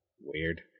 Weird